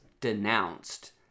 denounced